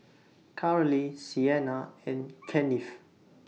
Carly Sienna and Kennith